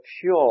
pure